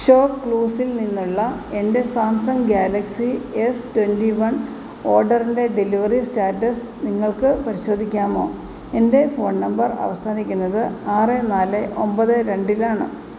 shop ക്ലൂസിൽ നിന്നുള്ള എന്റെ Samsung Galaxy S twenty one ഓർഡറിന്റെ ഡെലിവറി സ്റ്റാറ്റസ് നിങ്ങൾക്ക് പരിശോധിക്കാമോ എന്റെ ഫോൺ നമ്പർ അവസാനിക്കുന്നത് ആറ് നാല് ഒമ്പത് രണ്ടിലാണ്